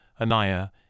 Anaya